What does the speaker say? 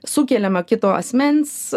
sukeliama kito asmens